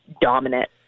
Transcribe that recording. dominant